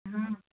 हाँ